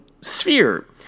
sphere